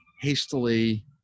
hastily